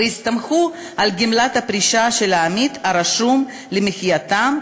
והסתמכו על גמלת הפרישה של העמית הרשום למחייתם,